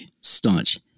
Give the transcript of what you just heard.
staunch